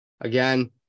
Again